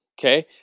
Okay